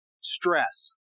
stress